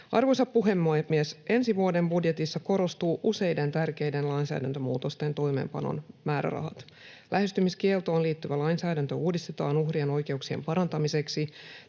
Arvoisa puhemies! Ensi vuoden budjetissa korostuvat useiden tärkeiden lainsäädäntömuutosten toimeenpanon määrärahat. Lähestymiskieltoon liittyvä lainsäädäntö uudistetaan uhrien oikeuksien parantamiseksi.